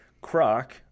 Croc